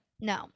no